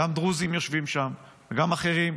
גם דרוזים יושבים שם, גם אחרים,